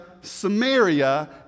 Samaria